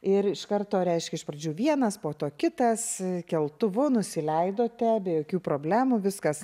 ir iš karto reiškia iš pradžių vienas po to kitas keltuvu nusileidote be jokių problemų viskas